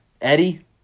Eddie